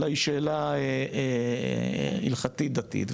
אלא היא שאלה הלכתית דתית.